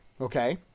Okay